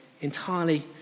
entirely